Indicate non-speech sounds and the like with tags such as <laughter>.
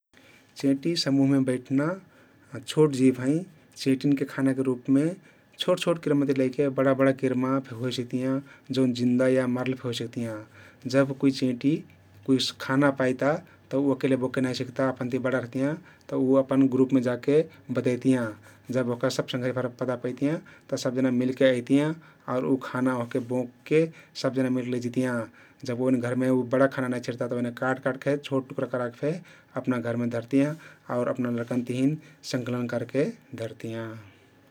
चेंटी समुहमे बैठना <hesitation> छोट जिव हँइ । चेंटीन खानाके रुपमे छोट छोट किरमाति लैके बडा बडा किरमा फे होइ सक्तियाँ जउन जिन्दा या मरल फे होइ सक्तियाँ । जब कुइ चेंटी कुइ खाना पइता उ अकेले बोके नाई सिक्ता, अपनति बडा रहतियाँ तउ उ अपन ग्रुपमे जा के बतइतियाँ । जब ओहका संघरियाभर पता पैतियाँ तब सबजना मिलके अइतियाँ आउ उ खाना ओहके बोंकके सबजाने मिल्के लैजैतियाँ । जब ओइन घरमे उ बडा खाना नाई छिरता तउ काट काटके छोट टुक्रा कराक फे अपना घरमे धरतियाँ आउर अपना लरकन तिहिन संकलन करके धरतियाँ ।